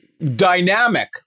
Dynamic